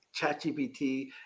ChatGPT